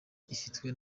ifitwe